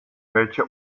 welche